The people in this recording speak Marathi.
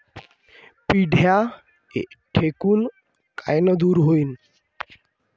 पिढ्या ढेकूण कायनं दूर होईन?